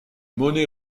monnaies